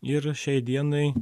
ir šiai dienai